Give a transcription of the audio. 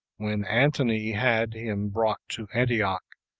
when antony had him brought to antioch,